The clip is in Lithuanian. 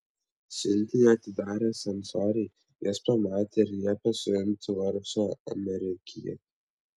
siuntinį atidarę cenzoriai jas pamatė ir liepė suimti vargšą amerikietį